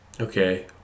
Okay